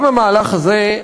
גם המהלך הזה,